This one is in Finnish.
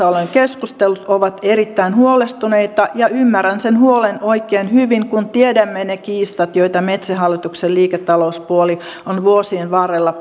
olen keskustellut ovat erittäin huolestuneita ja ymmärrän sen huolen oikein hyvin kun tiedämme ne kiistat joita metsähallituksen liiketalouspuoli on vuosien varrella